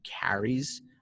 carries